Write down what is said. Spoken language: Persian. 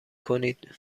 کنید